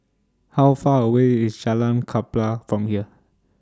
How Far away IS Jalan Klapa from here